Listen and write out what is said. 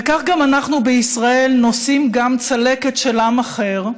וכך גם אנחנו בישראל נושאים גם צלקת של עם אחר,